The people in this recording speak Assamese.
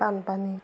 বানপানীত